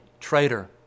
traitor